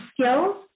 skills